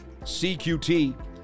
CQT